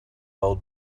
old